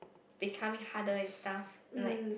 becoming harder and stuff and like